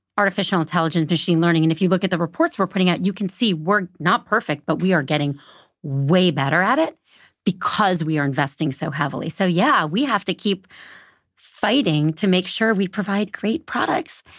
artificial intelligence machine learning. and if you look at the reports we're putting out, you can see we're not perfect, but we are getting way better at it because we are investing so heavily. so yeah, we have to keep fighting to make sure we provide great products.